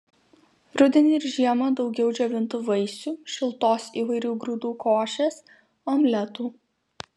rudenį ir žiemą daugiau džiovintų vaisių šiltos įvairių grūdų košės omletų